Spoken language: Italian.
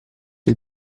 che